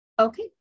Okay